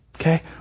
Okay